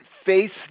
face